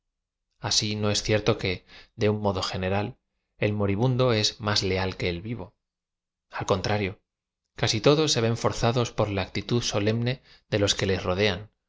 así no es cierto que de un modo general el moribundo es más u a l que el vivo al contrario casi todos se ven forzadoa por la actitud solemne de los que les rodean